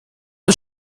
man